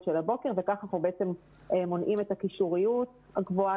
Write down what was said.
של הבוקר וכך בעצם אנחנו מונעים את הקישוריות הקבועה